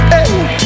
Hey